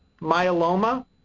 myeloma